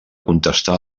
contestar